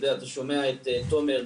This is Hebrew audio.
אתה שומע את תומר,